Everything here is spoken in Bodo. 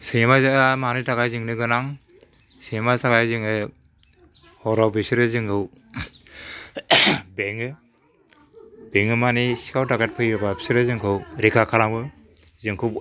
सैमाजोंआ मानो थाखाय जोंनो गोनां सैमानि थाखाय जोङो हराव बेसोरो जोंखौ बेङो बेङो माने सिखाव दाखाइट फैयोबा बिसोरो जोंखौ रैखा खालामो जोंखौ